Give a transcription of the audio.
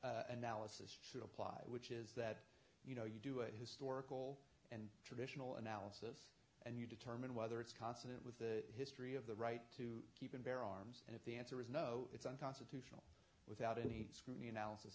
heller's analysis should apply which is that you know you do it historical and traditional analysis and you determine whether it's consonant with the history of the right to keep and bear arms and if the answer is no it's unconstitutional without any scrutiny analysis